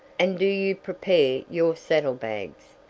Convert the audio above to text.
and do you prepare your saddle-bags.